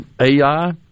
AI